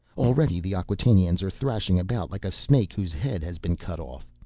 already the acquatainians are thrashing about like a snake whose head has been cut off.